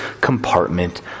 compartment